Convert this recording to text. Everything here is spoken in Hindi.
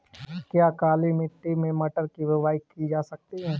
क्या काली मिट्टी में मटर की बुआई की जा सकती है?